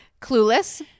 Clueless